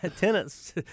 tenants